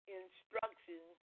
instructions